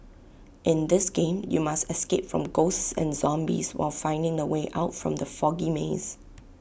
in this game you must escape from ghosts and zombies while finding the way out from the foggy maze